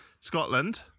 Scotland